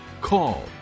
call